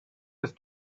his